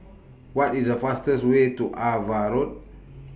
What IS The fastest Way to AVA Road